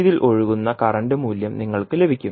ഇതിൽ ഒഴുകുന്ന കറന്റ് മൂല്യം നിങ്ങൾക്ക് ലഭിക്കും